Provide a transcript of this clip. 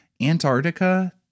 Antarctica